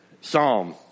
psalm